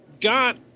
got